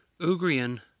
Ugrian